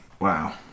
Wow